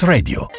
Radio